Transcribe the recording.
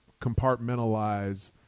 compartmentalize